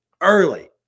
early